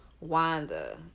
wanda